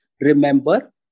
remember